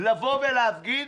לבוא ולהפגין,